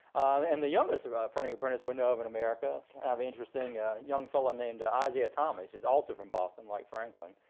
and the youngest printing apprentice we know of in america, it's kind of interesting, young fellow named ah isaiah thomas, who's also from boston like franklin.